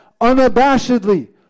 unabashedly